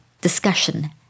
discussion